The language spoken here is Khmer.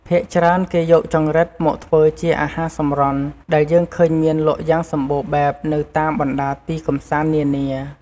ភាគច្រើន គេយកចង្រិតមកធ្វើជាអាហារសម្រន់ ដែលយើងឃើញមានលក់យ៉ាងសម្បូរបែបនៅតាមបណ្តាទីកំសាន្តនានា។